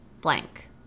blank